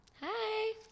hi